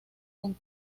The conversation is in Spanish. con